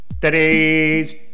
Today's